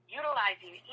utilizing